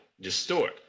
distort